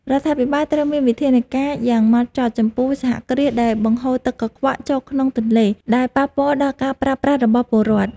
រដ្ឋាភិបាលត្រូវមានវិធានការយ៉ាងម៉ឺងម៉ាត់ចំពោះសហគ្រាសដែលបង្ហូរទឹកកខ្វក់ចូលក្នុងទន្លេដែលប៉ះពាល់ដល់ការប្រើប្រាស់របស់ពលរដ្ឋ។